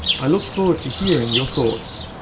i look forward to hearing your thoughts.